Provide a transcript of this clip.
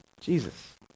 Jesus